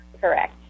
correct